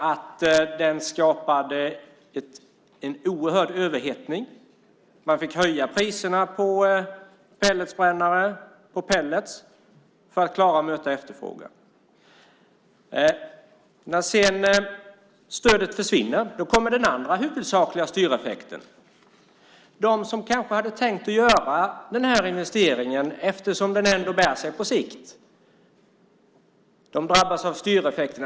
Den skapade en oerhörd överhettning. Man fick höja priserna på pelletbrännare för att klara att möta efterfrågan. När stödet försvinner kommer den andra huvudsakliga styreffekten. De som kanske hade tänkt att göra investeringen, eftersom den ändå bär sig på sikt, drabbas av styreffekterna.